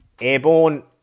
airborne